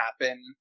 happen